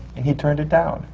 and he turned it down,